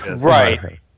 Right